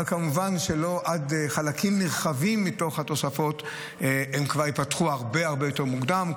אבל כמובן חלקים נרחבים מהתוספות ייפתחו הרבה יותר מוקדם.